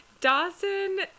Dawson